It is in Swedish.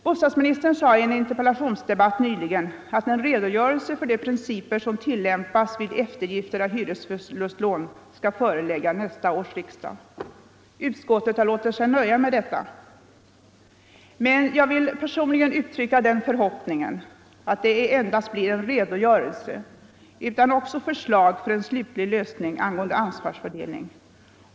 Bostadsministern sade i en interpellationsdebatt nyligen att en redogörelse för de principer som tillämpas vid eftergifter av hyresförlustlån skall föreläggas nästa års riksdag. Utskottet har låtit sig nöja med detta. Men jag vill personligen uttrycka den förhoppningen att det inte endast blir en redogörelse utan också förslag till en slutlig lösning angående ansvarsfördelningen.